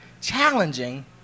challenging